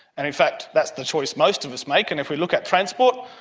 and in fact that's the choice most of us make. and if we look at transport,